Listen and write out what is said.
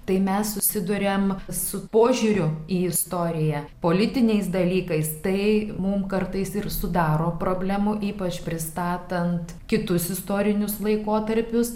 tai mes susiduriam su požiūriu į istoriją politiniais dalykais tai mums kartais ir sudaro problemų ypač pristatant kitus istorinius laikotarpius